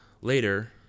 Later